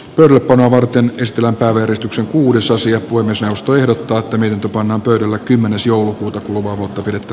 yllättävää varten ystävänpäiväristuksen kuudes osia voi myös joustojen tuottaminen tupon on todella kymmenes joulukuuta uhoa mutta pidetty